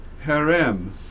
harem